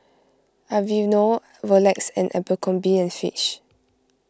Aveeno Rolex and Abercrombie and Fitch